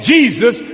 Jesus